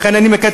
לכן אני מקצר,